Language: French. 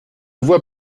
vois